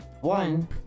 One